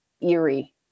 eerie